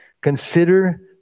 Consider